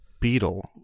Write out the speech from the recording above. Beetle